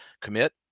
commit